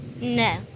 no